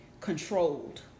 controlled